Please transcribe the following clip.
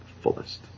fullest